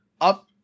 up